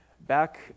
back